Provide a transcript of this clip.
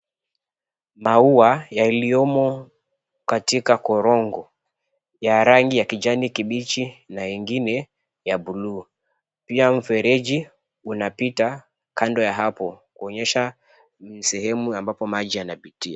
Maua yaliyomo katika korongo ya rangi ya kijani kibichi na ingine ya bluu pia mfereji unapita kando ya hapo, kuonyesha ni sehemu ambapo maji yanapitia.